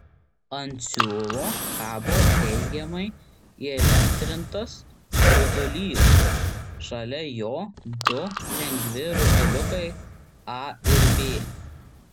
ant siūlo kabo teigiamai įelektrintas rutulys šalia jo du lengvi rutuliukai a ir b